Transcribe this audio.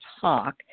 talk